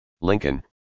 Lincoln